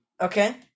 Okay